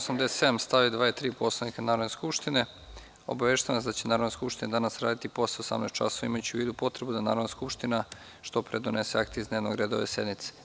87. stav 2. i 3. Poslovnika Narodne skupštine obaveštavam vas da će Narodna skupština danas raditi i posle 18,00 časova, imajući u vidu potrebu da Narodna skupština što pre donese akte iz dnevnog reda ove sednice.